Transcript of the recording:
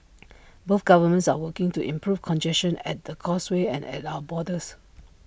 both governments are working to improve congestion at the causeway and at our borders